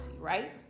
right